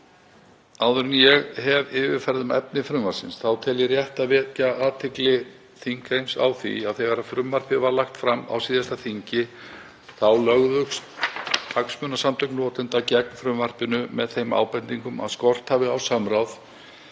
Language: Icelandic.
Áður en ég hef yfirferð um efni frumvarpsins tel ég rétt að vekja athygli þingheims á því að þegar frumvarpið var lagt fram á síðasta þingi lögðust hagsmunasamtök notenda gegn frumvarpinu með þeim ábendingum að skort hefði á samráð